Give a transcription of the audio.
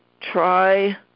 try